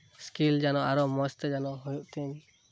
skill ᱡᱮᱱᱚ ᱟᱨᱚᱸ ᱢᱚᱸᱡᱛᱮ ᱡᱮᱱᱚ ᱦᱩᱭᱩᱜ ᱛᱤᱧ